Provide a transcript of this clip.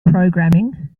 programming